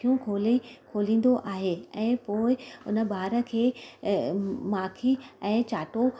अख़ियूं खोले खोलींदो आहे ऐं पोइ हुन ॿार खे माख़ी ऐं चाटो